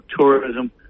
Tourism